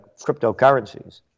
cryptocurrencies